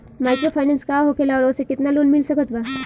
Microfinance का होखेला और ओसे केतना लोन मिल सकत बा?